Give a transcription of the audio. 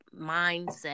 mindset